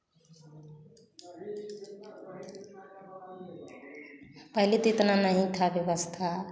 पहले तो इतना नहीं था व्यवस्था